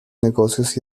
negocios